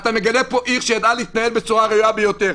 אתה מגלה פה עיר שידעה להתנהל בצורה ראויה ביותר.